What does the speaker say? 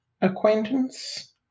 acquaintance